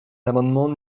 l’amendement